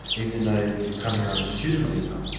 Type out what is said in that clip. even though you've come here on a student visa?